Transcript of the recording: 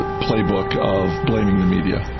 ah playbook of blaming the media.